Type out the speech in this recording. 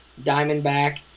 Diamondback